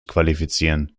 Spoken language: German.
qualifizieren